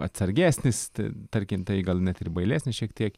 atsargesnis tarkim tai gal net ir bailesnis šiek tiek